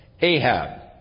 Ahab